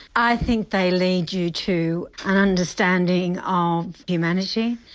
i think they lead you to an understanding of humanity,